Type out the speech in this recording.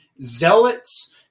zealots